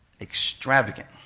extravagant